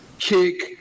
kick